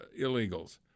illegals